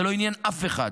זה לא עניין אף אחד.